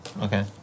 Okay